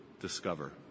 discover